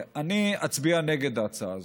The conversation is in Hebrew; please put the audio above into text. אני אצביע נגד ההצעה הזאת.